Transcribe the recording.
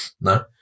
no